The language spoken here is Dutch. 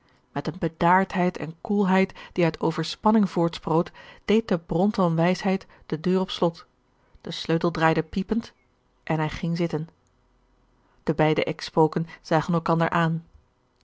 met eene bedaardheid en koelheid die uit overspanning voortsproot deed de bron van wijsheid de deur op slot de sleutel draaide piepend en hij ging zitten de beide ex spoken zagen elkander aan